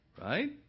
Right